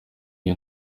iyo